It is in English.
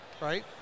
Right